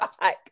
back